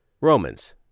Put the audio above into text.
Romans